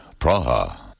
Praha